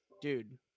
Dude